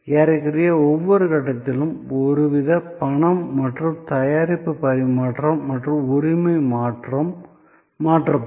ஏறக்குறைய ஒவ்வொரு கட்டத்திலும் ஒருவித பணம் மற்றும் தயாரிப்பு பரிமாற்றம் மற்றும் உரிமை மாற்றப்படும்